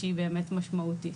שהיא באמת משמעותית.